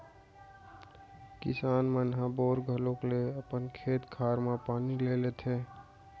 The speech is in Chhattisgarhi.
किसान मन ह बोर घलौक ले अपन खेत खार म पानी ले लेथें